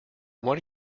one